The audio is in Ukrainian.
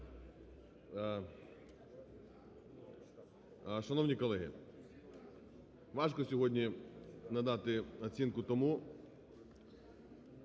Шановні колеги, важко сьогодні надати оцінку тому,